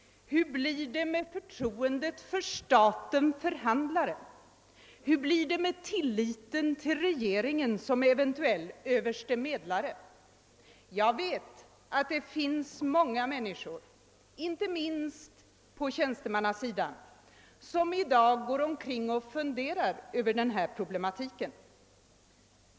Hur blir det då med förtroendet för statens förhandlare? Hur blir det med tilliten till regeringen som eventuell överste medlare? Jag vet att det inte minst på tjänstemannasidan finns många människor som går omkring och funderar över denna problematik.